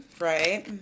right